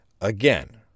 Again